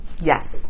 Yes